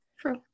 True